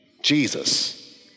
Jesus